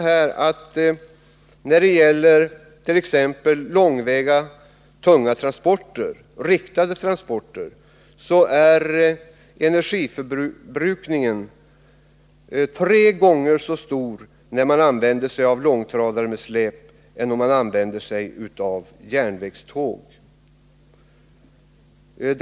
För t.ex. långväga tunga riktade transporter är energiförbrukningen tre gånger så stor när man använder sig av långtradare med släp som när man använder sig av järnväg.